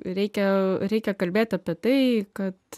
reikia reikia kalbėt apie tai kad